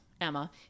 Emma